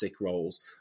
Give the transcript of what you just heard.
roles